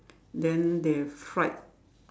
then they have fried